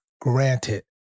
granted